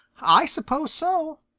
i suppose so,